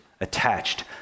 attached